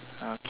okay